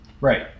Right